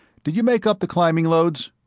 did you make up the climbing loads?